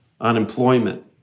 unemployment